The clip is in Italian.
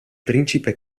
principe